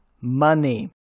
money